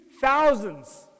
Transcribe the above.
thousands